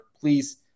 please